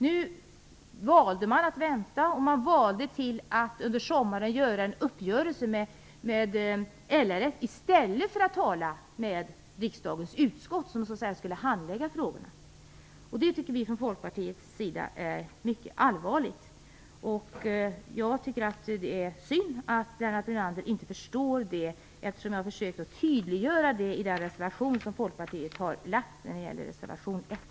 Man valde att vänta och att under sommaren träffa en uppgörelse med LRF i stället för att tala med riksdagens utskott, som har att handlägga frågorna. Vi tycker från Folkpartiets sida att detta är mycket allvarligt. Det är synd att Lennart Brunander inte förstår detta, som jag har försökt att tydliggöra i den folkpartistiska reservationen 1.